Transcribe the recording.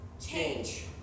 Change